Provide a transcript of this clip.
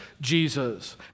Jesus